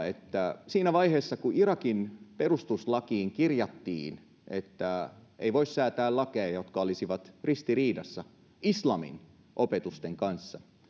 että siinä vaiheessa kun irakin perustuslakiin kirjattiin että ei voi säätää lakeja jotka olisivat ristiriidassa islamin opetusten kanssa